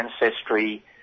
ancestry